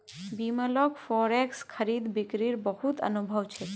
बिमलक फॉरेक्स खरीद बिक्रीत बहुत अनुभव छेक